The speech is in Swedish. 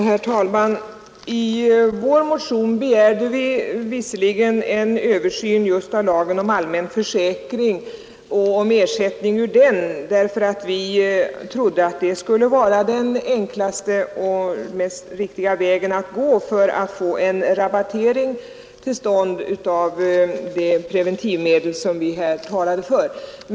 Herr talman! I vår motion begärde vi visserligen en översyn just av lagen om allmän försäkring och av frågan om ersättning enligt den, eftersom vi trodde att det skulle vara den enklaste och riktigaste vägen att gå för att få till stånd en rabattering av de preventivmedel som vi talade om.